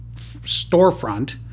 storefront